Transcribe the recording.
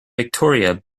victoria